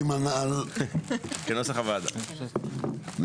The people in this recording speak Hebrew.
אני חושש שאתם